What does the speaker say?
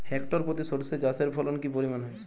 Hectare প্রতি সর্ষে চাষের ফলন কি পরিমাণ হয়?